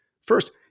First